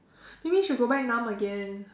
maybe you should back nahm again